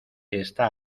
está